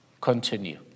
continue